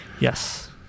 Yes